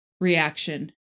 reaction